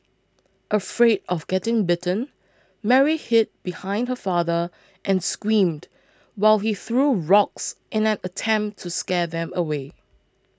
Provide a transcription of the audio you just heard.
afraid of getting bitten Mary hid behind her father and screamed while he threw rocks in an attempt to scare them away